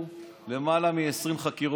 מפה.